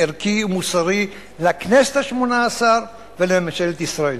ערכי ומוסרי לכנסת השמונה-עשרה ולממשלת ישראל.